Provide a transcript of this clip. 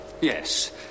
yes